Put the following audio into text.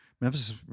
Memphis